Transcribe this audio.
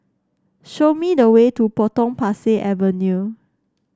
show me the way to Potong Pasir Avenue